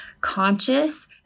conscious